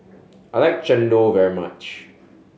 I like chendol very much